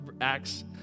Acts